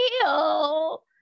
feel